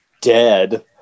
dead